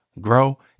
grow